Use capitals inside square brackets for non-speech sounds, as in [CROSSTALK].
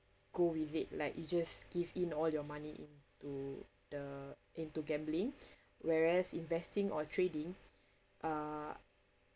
go with it like you just give in all your money in to the into gambling [BREATH] whereas investing or trading uh